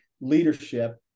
leadership